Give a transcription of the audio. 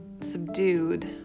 subdued